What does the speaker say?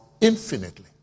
infinitely